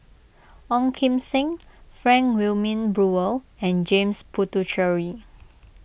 Ong Kim Seng Frank Wilmin Brewer and James Puthucheary